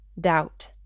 doubt